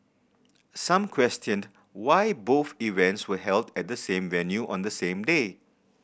some questioned why both events were held at the same venue on the same day